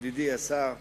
ידידי השר,